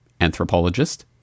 anthropologist